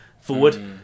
forward